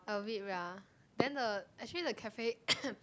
a bit ya then the actually the cafe